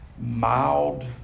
Mild